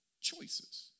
choices